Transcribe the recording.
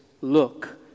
look